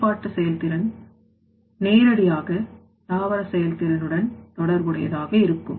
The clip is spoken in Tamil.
செயல்பாட்டு செயல்திறன் நேரடியாக தாவர செயல்திறனுடன் தொடர்புடையதாக இருக்கும்